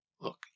Look